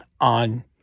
on